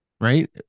right